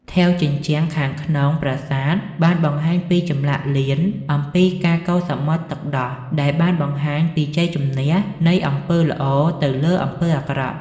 ថែវជញ្ជាំងខាងក្នុងប្រាសាទបានបង្ហាញពីចម្លាក់លៀនអំពីការកូរសមុទ្រទឹកដោះ ដែលបានបង្ហាញពីជ័យជម្នះនៃអំពើល្អទៅលើអំពើអាក្រក់។